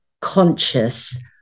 conscious